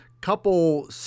couple